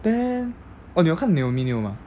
then oh 你有看 naomi neo mah